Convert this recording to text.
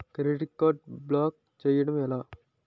Credit card block చేయడం ఎలా?